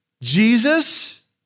Jesus